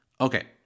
Okay